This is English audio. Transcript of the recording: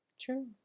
True